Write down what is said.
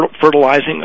fertilizing